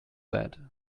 that